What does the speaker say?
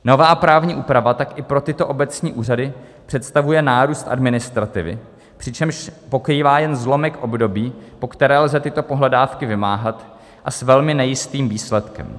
Nová právní úprava tak i pro tyto obecní úřady představuje nárůst administrativy, přičemž pokrývá jen zlomek období, po které lze tyto pohledávky vymáhat, a s velmi nejistým výsledkem.